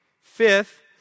Fifth